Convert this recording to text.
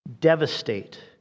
devastate